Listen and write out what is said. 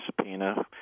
subpoena